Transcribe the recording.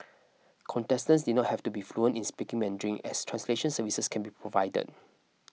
contestants did not have to be fluent in speaking Mandarin as translation services can be provided